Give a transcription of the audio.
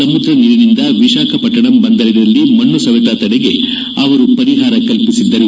ಸಮುದ್ರ ನೀರಿನಿಂದ ವಿಶಾಖಪಟ್ಟಣಂ ಬಂದರಿನಲ್ಲಿ ಮಣ್ಣು ಸವೆತ ತಡೆಗೆ ಅವರು ಪರಿಹಾರ ಕಲ್ಪಿಸಿದ್ದರು